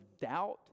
doubt